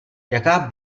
jaká